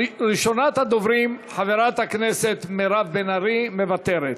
ראשונת הדוברים, חברת הכנסת מירב בן ארי, מוותרת.